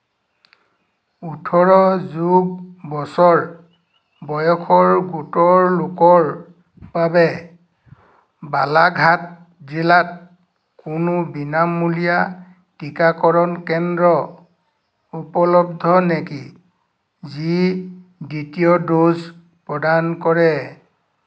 ওঠৰ যোগ বছৰ বয়সৰ গোটৰ লোকৰ বাবে বালাঘাট জিলাত কোনো বিনামূলীয়া টীকাকৰণ কেন্দ্ৰ উপলব্ধ নেকি যি দ্বিতীয় ড'জ প্ৰদান কৰে